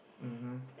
mmhmm